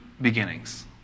beginnings